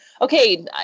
Okay